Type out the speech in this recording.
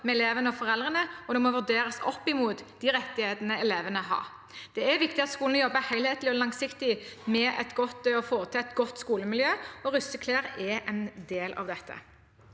med elevene og foreldrene og vurderes opp mot de rettighetene elevene har. Det er viktig at skolene jobber helhetlig og langsiktig med å få et godt skolemiljø, og russeklær er en del av dette.